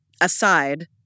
aside